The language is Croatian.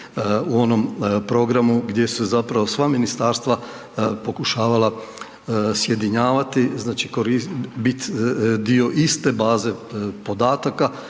u onom programu gdje su zapravo sva ministarstva pokušavala sjedinjavati, znači bit dio iste baze podataka